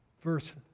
verse